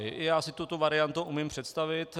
I já si tuto variantu umím představit.